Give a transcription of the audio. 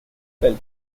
spelt